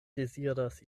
deziras